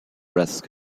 risk